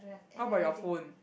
how about your phone